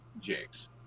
jigs